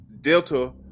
Delta